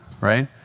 right